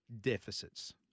deficits